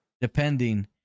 depending